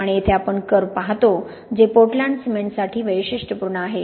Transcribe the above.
आणि येथे आपण कर्व्ह पाहतो जे पोर्टलँड सिमेंटसाठी वैशिष्ट्यपूर्ण आहे